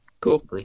Cool